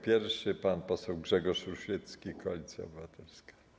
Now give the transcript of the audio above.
Pierwszy pan poseł Grzegorz Rusiecki, Koalicja Obywatelska.